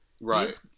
right